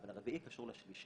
אבל הרביעי קשור לשלישי,